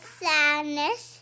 sadness